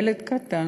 ילד קטן